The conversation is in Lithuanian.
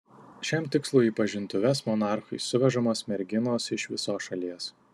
šiam tikslui į pažintuves monarchui suvežamos merginos iš visos šalies